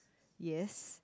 yes